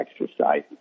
exercise